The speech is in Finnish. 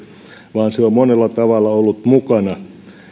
vaan se on monella tavalla ollut mukana